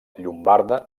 llombarda